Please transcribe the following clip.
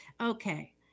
Okay